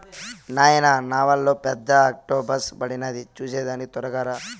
నాయనా నావలో పెద్ద ఆక్టోపస్ పడినాది చూసేదానికి తొరగా రా